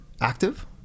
active